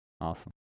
awesome